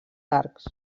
arcs